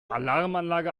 alarmanlage